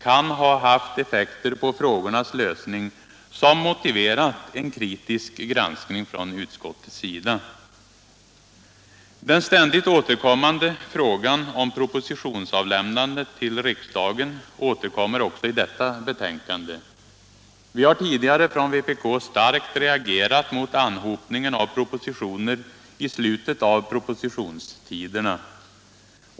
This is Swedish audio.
kan ha haft effekter på frågornas lösning som borde ha motiverat en kritisk granskning från utskottets sida. Den ständigt återkommande frågan om propositionsavlämnandet till riksdagen återkommer också i detta betänkande. Vpk har tidigare starkt reagerat mot anhopningen av propositioner i slutet av propositionstiderna.